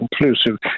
inclusive